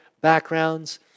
backgrounds